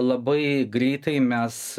labai greitai mes